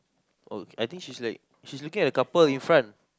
oh I think she's like she's looking at the couple in front